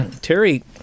Terry